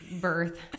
birth